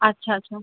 اچھا اچھا